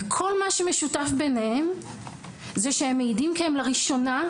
וכל מה שמשותף ביניהם זה שהם מעידים כי הם לראשונה,